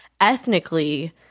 ethnically